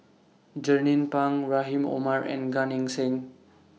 Jernnine Pang Rahim Omar and Gan Eng Seng